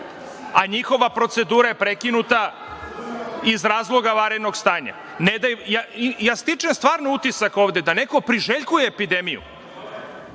A njihova procedura je prekinuta iz razloga vanrednog stanja. Ja stvarno stičem utisak ovde da neko priželjkuje epidemiju,